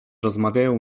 rozmawiają